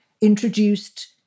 introduced